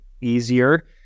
easier